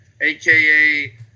aka